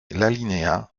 l’alinéa